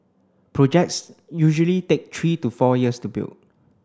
projects usually take three to four years to build